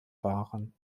waren